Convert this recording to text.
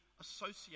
associate